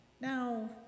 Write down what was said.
Now